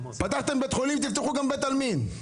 פתחתם בית חולים, תפתחו גם בית עלמין.